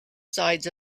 sides